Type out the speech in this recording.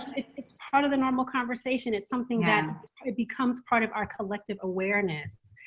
it's it's part of the normal conversation. it's something that becomes part of our collective awareness.